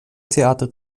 theater